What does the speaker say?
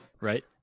right